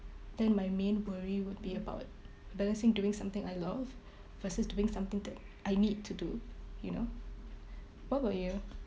then my main worry would be about balancing doing something I love versus doing something that I need to do you know what about you